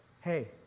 hey